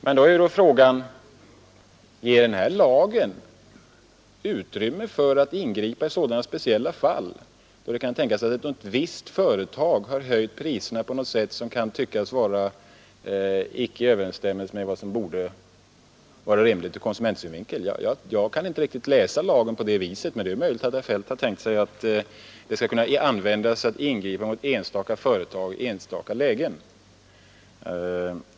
Men då är frågan: Ger den här lagen utrymme för att ingripa i sådana speciella fall, då det kan tänkas att ett visst företag har höjt priserna på ett sätt som kan tyckas icke vara i överensstämmelse med vad som borde vara rimligt ur konsumentsynvinkel? Jag kan inte riktigt läsa lagen på det viset, men det är möjligt att herr Feldt har tänkt sig att lagen skall kunna användas för att ingripa mot enstaka företag i enstaka lägen.